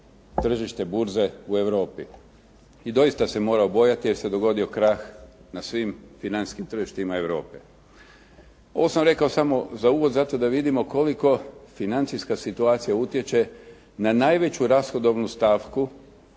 tržište burze u Europi». I doista se morao bojati jer se dogodio krah na svim financijskim tržištima Europe. Ovo sam rekao samo za uvod zato da vidimo koliko financijska situacija utječe na najveću rashodovnu stavku